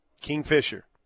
Kingfisher